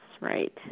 right